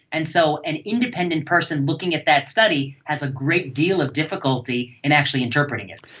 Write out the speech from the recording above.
and so an independent person looking at that study has a great deal of difficulty in actually interpreting it.